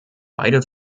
beide